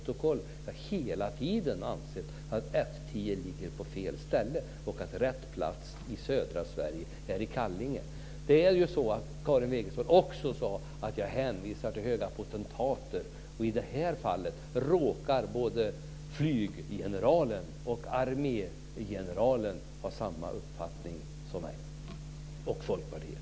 Vi har hela tiden ansett att F 10 ligger på fel ställe och att rätt plats i södra Sverige är i Kallinge. Karin Wegestål sade också att jag hänvisar till höga potentater. I det här fallet råkar både flyggeneralen och armégeneralen ha samma uppfattning som jag och Folkpartiet.